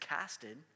casted